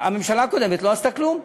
הממשלה הקודמת לא עשתה כלום.